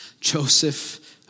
Joseph